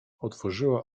otworzyła